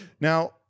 Now